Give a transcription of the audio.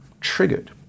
triggered